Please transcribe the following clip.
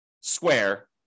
square